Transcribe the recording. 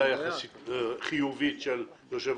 עמדה יחסית חיובית של ההסתדרות.